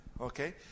okay